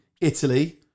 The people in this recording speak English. Italy